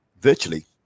virtually